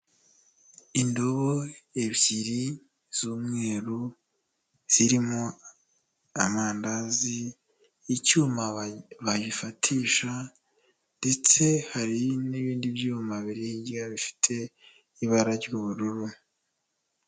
Indobo ebyiri z'umweru zirimo amandazi, icyuma bayafatisha ndetse hari n'ibindi byuma biri hirya bifite ibara ry'ubururu.